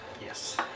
Yes